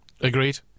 Agreed